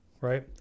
right